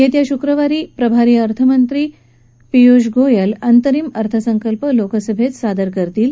येत्या शुक्रवारी प्रभारी अर्थमंत्री पीयुष गोयल अंतरिम अर्थसंकल्प लोकसभेत सादर करतील